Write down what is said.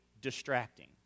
distracting